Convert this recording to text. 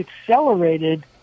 accelerated